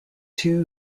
two